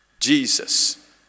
Jesus